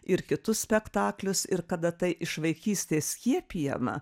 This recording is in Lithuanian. ir kitus spektaklius ir kada tai iš vaikystės skiepijama